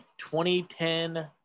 2010